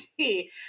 see